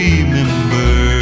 Remember